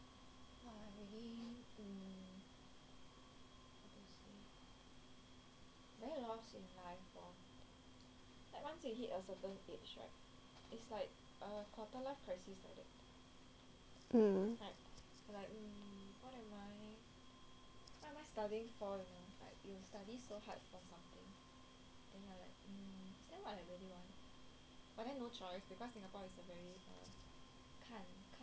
mm mm